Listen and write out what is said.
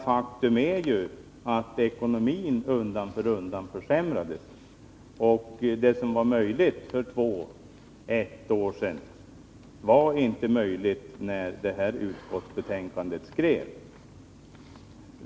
Faktum är ju att ekonomin undan för undan har försämrats, och det som var möjligt för ett och två år sedan var inte möjligt när detta utskottsbetänkande skrevs.